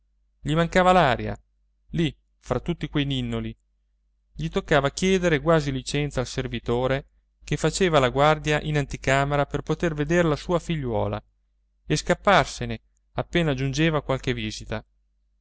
gli mancava l'aria lì fra tutti quei ninnoli gli toccava chiedere quasi licenza al servitore che faceva la guardia in anticamera per poter vedere la sua figliuola e scapparsene appena giungeva qualche visita